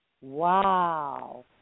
Wow